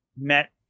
met